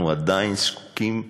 אנחנו עדיין זקוקים ללגיטימציה,